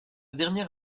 dernière